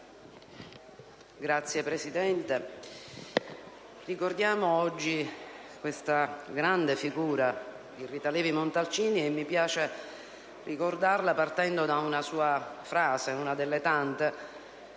Signora Presidente, ricordiamo oggi la grande figura di Rita Levi-Montalcini. Mi piace ricordarla partendo da una sua frase, una delle tante: